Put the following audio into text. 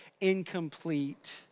incomplete